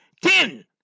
Ten